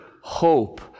hope